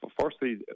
Firstly